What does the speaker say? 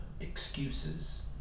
Excuses